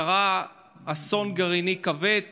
קרה אסון גרעיני כבד